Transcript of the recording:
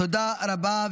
תודה רבה.